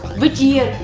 which year?